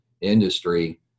industry